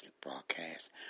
broadcast